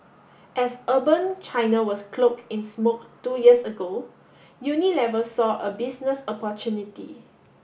as urban China was cloaked in smoke two years ago Unilever saw a business opportunity